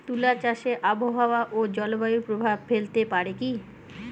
তুলা চাষে আবহাওয়া ও জলবায়ু প্রভাব ফেলতে পারে কি?